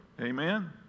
Amen